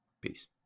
Peace